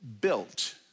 built